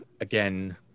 again